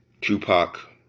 Tupac